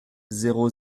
zéro